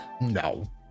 no